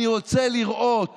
אני רוצה לראות